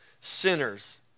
sinners